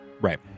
Right